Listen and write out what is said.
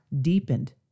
deepened